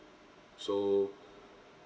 so